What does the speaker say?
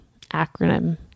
acronym